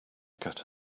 get